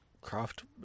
Craft